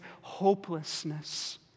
hopelessness